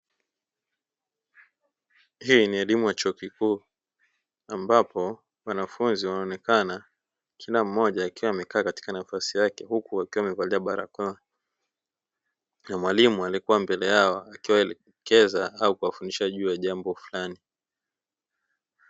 Hii ni elimu ya chuo kikuu ambapo wanafunzi wanaonekana kila mmoja akiwa amekaa katika nafasi yake, huku wakiwa wamevalia barakoa na mwalimu alikuwa mbele yao akiwaelekeza au kuwafundisha juu ya jambo fulani.